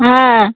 হ্যাঁ